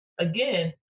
again